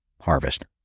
harvest